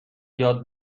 یاد